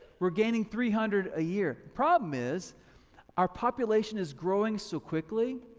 we're gaining three hundred a year. problem is our population is growing so quickly.